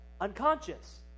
unconscious